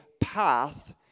path